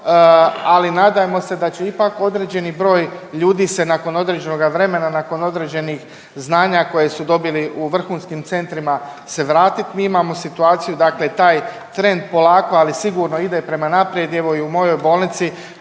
ali nadajmo se da će ipak određeni broj ljudi se nakon određenog vremena, nakon određenih znanja koje su dobili u vrhunskim centrima se vratit. Mi imamo situaciju dakle taj trend polako ali sigurno ide prema naprijed. Evo i u mojoj bolnici